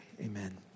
amen